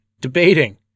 debating